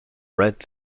red